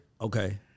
Okay